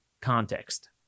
context